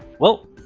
well,